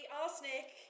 arsenic